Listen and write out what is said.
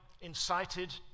incited